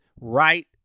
right